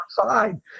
outside